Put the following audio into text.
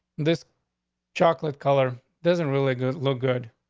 this chocolate color doesn't really good. look good.